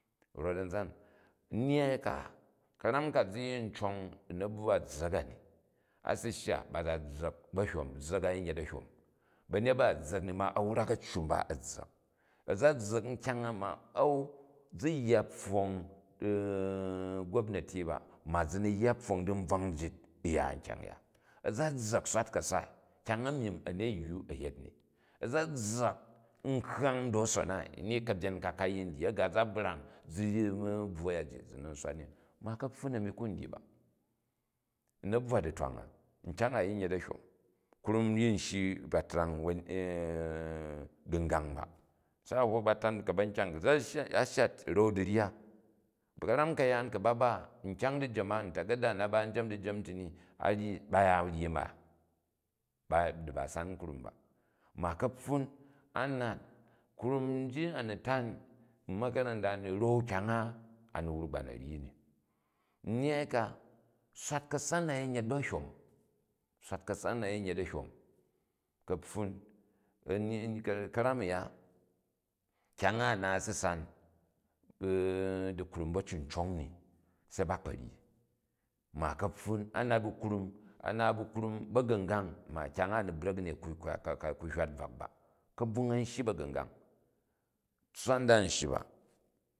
Rot a̱nzan nnyyai ka, ka̱ram ka zi yin cong u nabvwa zza̱k a in a si shya ba za zza̱k ba̱hyom, zza̱k a yin yet a̱hyom. Ba̱nyet ba a̱ zza̱k ni ma, a wrak a̱ceu mba a̱ zza̱k, a̱ za zza̱k nkyang a ma a̱u zi yya pfong gobnati ba ma zi ni yya pfong di nbvak njit u ya kyangya. A̱za zza̱k swat ka̱ja kyang myin a̱neywu a̱ yet ni, a̱ za zza̱k nkhang ndoson na, ni ka̱byen ka, ka yin diji, a̱ ga za brang zi bvwo ya ji zi ni n sivat ni. Ma ka̱pfun a̱i ku ni dyi ba u na̱bvwa ditwang. Nkyang a yi yet a̱hyom, krum krum yi shyi ba trang gu̱ngang ba, se a ho ba tang ka̱ba̱nkyang, a shya ura̱n dirya. Ka̱ram ka̱yaan ku ba ba, nkyang dijem a, ntagada na ba njem dijem to ni a̱ nji, ba ya nji ma di ba san krum ba. Ma kapfun a nal krumji a̱ni tan u̱ ma̱karanta ni ra̱n kyang a, ani wruk ba na̱ ryi ni. Nnyyai ka swat ka̱sa na yi yet ba̱hyom, swat ka̱sa na yin ye ahyom, ka̱pfun ka̱ram ayu kyang a, a naal si sam di krum ba̱cincong ni si ba kpo ryi, ma kapfun a nal bu krum a naat bu krum ba̱gu̱ngang, ma kyang a ani brak i ni ku ywal bvak ba. Ka̱bvung a̱n shyi ba̱gu̱ngang, tsswa nda n shyi ba.